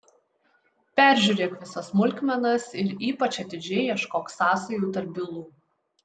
peržiūrėk visas smulkmenas ir ypač atidžiai ieškok sąsajų tarp bylų